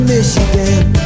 Michigan